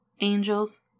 angels